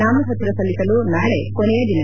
ನಾಮಪತ್ರ ಸಲ್ಲಿಸಲು ನಾಳೆ ಕೊನೆಯ ದಿನ